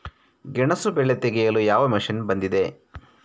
ಗೆಣಸು ಬೆಳೆ ತೆಗೆಯಲು ಯಾವ ಮಷೀನ್ ಬಂದಿದೆ?